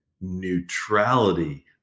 neutrality